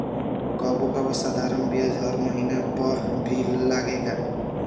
कबो कबो साधारण बियाज हर महिना पअ भी लागेला